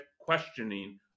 questioning